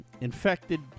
infected